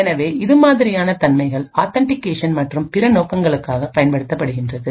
எனவே இது மாதிரியான தன்மைகள் ஆதென்டிகேஷன் மற்றும் பிற நோக்கங்களுக்காகப் பயன்படுத்தப்படுகிறது